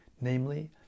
namely